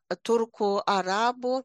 turkų arabų